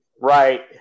right